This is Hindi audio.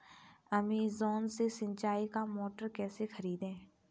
अमेजॉन से सिंचाई का मोटर कैसे खरीदें?